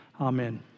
Amen